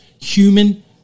human